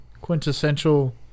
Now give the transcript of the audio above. quintessential